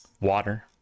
Water